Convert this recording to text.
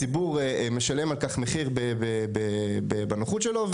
הציבור משלם על כך מחיר בנוחות שלו.